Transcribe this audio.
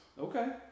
Okay